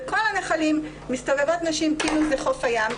בכל הנחלים מסתובבות נשים כאילו זה חוף הים.